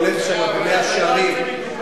אתה הולך שמה במאה-שערים, לא על זה מדובר.